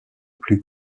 plus